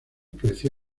creció